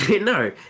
No